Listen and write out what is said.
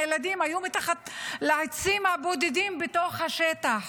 הילדים היו מתחת לעצים הבודדים בתוך השטח.